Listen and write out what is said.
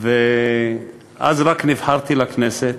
ואז רק נבחרתי לכנסת,